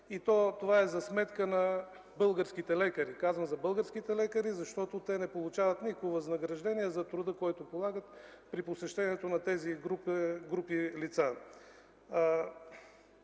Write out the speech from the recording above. Това е за сметка на българските лекари. Казвам: „за сметка на българските лекари”, защото те не получават никакво възнаграждение за труда, който полагат при посещението на тези групи лица.